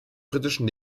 britischen